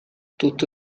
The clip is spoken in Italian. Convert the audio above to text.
tutto